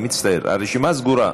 אני מצטער, הודעתי שהרשימה סגורה.